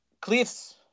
Cliff's